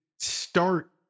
start